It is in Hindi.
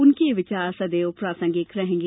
उनके ये विचार सवैद प्रासंगिक रहेंगे